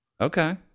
Okay